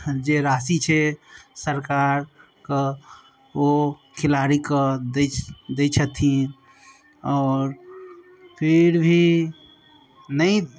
जे राशि छै सरकारके ओ खेलाड़ीके दै दै छथिन आओर फिर भी नहि